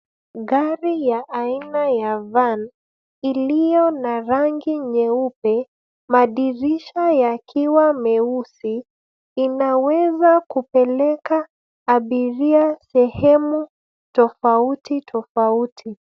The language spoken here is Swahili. Gari ya aina ya van . Iliyo na rangi nyeupe. Madirisha yakiwa meusi. Inaweza kupeleka abiria sehemu tofauti tofauti.